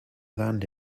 land